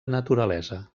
naturalesa